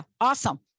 awesome